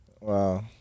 Wow